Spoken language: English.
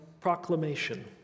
Proclamation